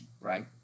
right